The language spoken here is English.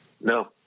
No